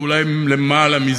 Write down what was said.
ואולי יותר מזה,